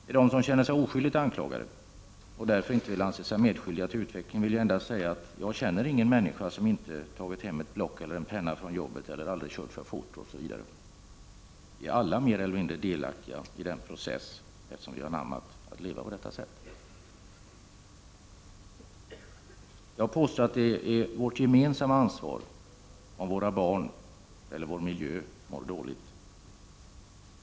Till dem som känner sig oskyldigt anklagade — och därmed inte vill anse sig medskyldiga till utvecklingen — vill jag endast säga, att jag känner ingen människa som inte tagit hem ett block eller en penna från jobbet, eller som aldrig kört för fort osv. Vi är alla mer eller mindre delaktiga i denna process, eftersom vi anammat att leva på detta sätt. Jag påstår att det är vårt gemensamma ansvar, om våra barn eller vår miljö mår dåligt.